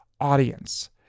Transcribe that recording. audience